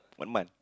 one month